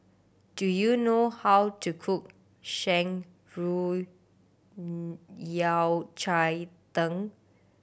do you know how to cook Shan Rui Yao Cai Tang